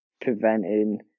preventing